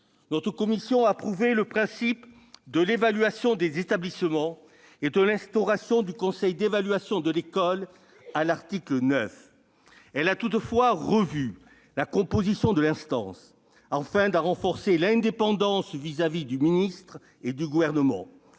Notre commission a approuvé le principe de l'évaluation des établissements et de l'instauration du conseil d'évaluation de l'école à l'article 9. Elle a toutefois revu la composition de l'instance, afin d'en renforcer l'indépendance vis-à-vis du ministre et du Gouvernement.